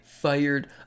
fired